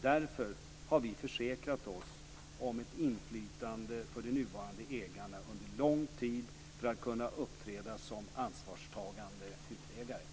Därför har vi försäkrat oss om ett inflytande för de nuvarande ägarna under lång tid för att kunna uppträda som ansvarstagande huvudägare.